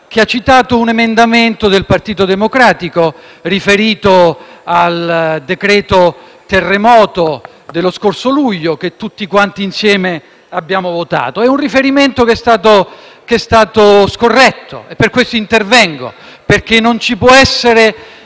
che ha citato un emendamento del Partito Democratico, riferito al decreto-legge terremoto dello scorso luglio, che tutti insieme abbiamo votato. È stato un riferimento scorretto e per questo intervengo, perché in quest’Assemblea